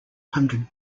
hundred